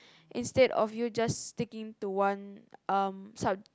instead of you just sticking to one um sub